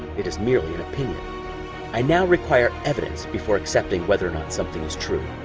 it is merely an opinion i now require evidence before accepting whether or not something is true.